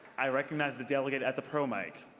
i recognize the delegate at the pro mic.